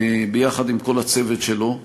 ביחד עם כל הצוות שלו,